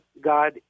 God